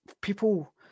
people